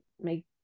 make